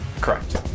Correct